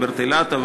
רוברט אילטוב,